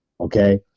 okay